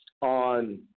on